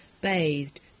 bathed